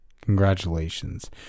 Congratulations